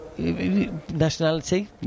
Nationality